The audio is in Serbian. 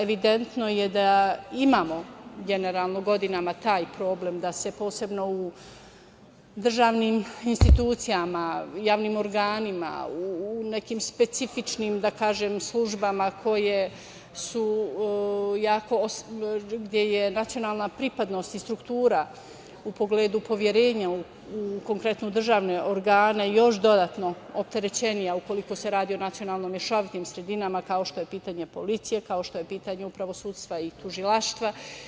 Evidentno je da imamo generalno godinama taj problem da se posebno u državnim institucijama, javnim organima, u nekim specifičnim, da kažem, službama koje su jako osetljive, gde je nacionalna pripadnost i struktura u pogledu poverenja u konkretno državne organe još dodatno opterećenija ukoliko se radi o nacionalno mešovitim sredinama, kao što je pitanje policije, kao što je pitanje upravo sudstva i tužilaštva.